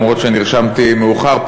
למרות שנרשמתי מאוחר.